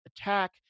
attack